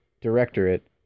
Directorate